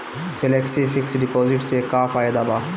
Flexi fix deposit से का फायदा भा?